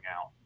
out